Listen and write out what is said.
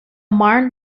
marne